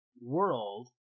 world